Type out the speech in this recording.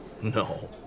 No